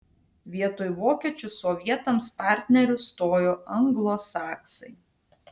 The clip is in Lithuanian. vietoj vokiečių sovietams partneriu stojo anglosaksai